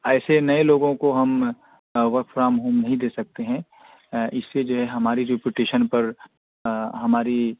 ایسے نئے لوگوں کو ہم ورک فرام ہوم نہیں دے سکتے ہیں اس سے جو ہے ہماری ریپوٹیشن پر ہماری